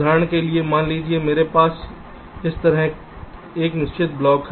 उदाहरण के लिए मान लीजिए कि मेरे पास इस तरह एक निश्चित ब्लॉक है